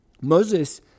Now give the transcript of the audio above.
Moses